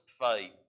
faith